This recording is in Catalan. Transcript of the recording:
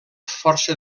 força